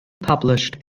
published